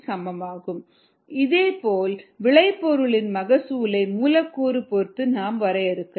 Yxs செல்கள் உற்பத்தி செய்யப்படும் அளவு சப்ஸ்டிரேட் பயன்படுத்தப்படும் அளவு இதேபோல் விளைபொருளின் மகசூலை மூலக்கூறை பொறுத்து நாம் வரையறுக்கலாம்